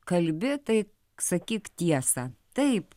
kalbi tai sakyk tiesą taip